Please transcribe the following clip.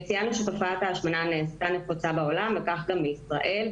ציינו שתופעת ההשמנה נעשתה נפוצה בעולם וכך גם בישראל,